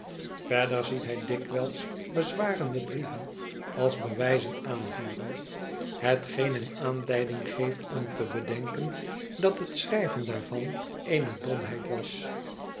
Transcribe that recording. verder ziet hij dikwijls bezwarende brieven als bewijzen aanvoeren hetgeen hem aanleiding geeft om te bedenken dat het schrijven daarvan eene domheid was